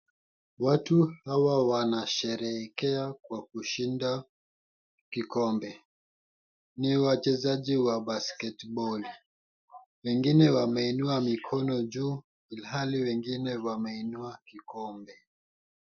Watu hawa wanasherehekea kwa kushinda kikombe. Ni wachezaji wa basketboli wengine wameinua mikono juu ilhali wengine wameinua kikombe.